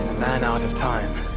man out of time